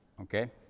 okay